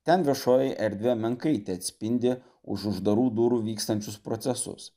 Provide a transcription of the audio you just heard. ten viešoji erdvė menkai teatspindi už uždarų durų vykstančius procesus